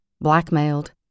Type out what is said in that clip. blackmailed